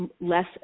less